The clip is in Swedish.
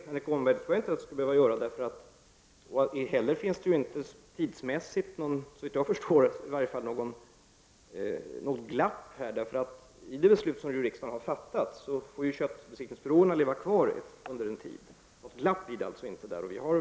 Herr talman! Nej, Annika Åhnberg, jag tror inte att det skall behöva dröja så länge. Tidsmässigt finns det ju inget glapp i detta sammanhang. Enligt det beslut som riksdagen har fattat får köttbesiktningsproven finnas kvar under en tid. Det blir alltså inget glapp i fråga om detta.